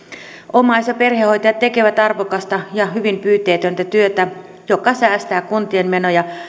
omais ja perhehoitajat tekevät arvokasta ja hyvin pyyteetöntä työtä joka säästää kuntien menoja